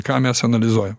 ką mes analizuojam